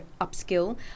upskill